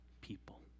people